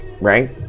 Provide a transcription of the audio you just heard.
Right